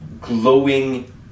glowing